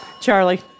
Charlie